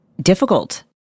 difficult